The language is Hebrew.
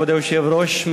כבוד היושב-ראש,